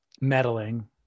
meddling